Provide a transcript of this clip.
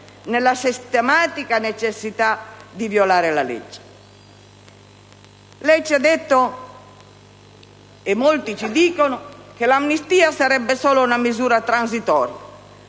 nella sistematica necessità di violare la legge? Lei, signor Ministro, ci ha detto - e molti ci dicono - che l'amnistia sarebbe solo una misura transitoria,